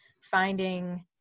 finding